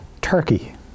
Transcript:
Turkey